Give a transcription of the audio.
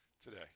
today